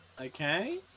Okay